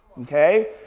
okay